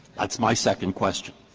that's my second question.